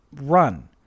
run